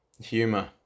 humor